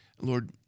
Lord